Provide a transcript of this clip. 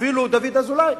אפילו דוד אזולאי,